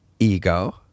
Ego